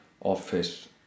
office